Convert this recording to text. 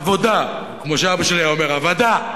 עבודה, כמו שאבא שלי היה אומר: עבדה,